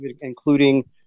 including